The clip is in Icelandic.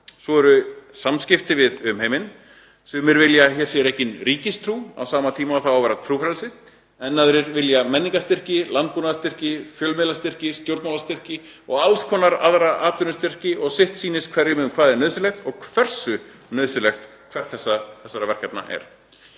Svo eru það samskipti við umheiminn. Sumir vilja að hér sé rekin ríkistrú á sama tíma og það á að vera trúfrelsi, en aðrir vilja menningarstyrki, landbúnaðarstyrki, fjölmiðlastyrki, stjórnmálastyrki og alls konar aðra atvinnustarfsemi og sýnist sitt hverjum um hvað er nauðsynlegt og hversu nauðsynlegt hvert þessara verkefna er.